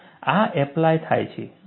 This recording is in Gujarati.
પછી આ એપ્લાય થાય છે